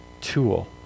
tool